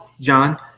John